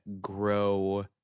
grow